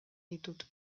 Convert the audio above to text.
ditut